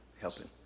helping